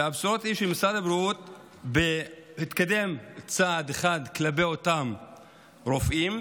והבשורות הן שמשרד הבריאות התקדם צעד אחד כלפי אותם רופאים,